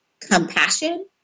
compassion